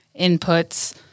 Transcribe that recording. inputs